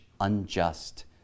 unjust